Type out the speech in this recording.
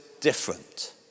different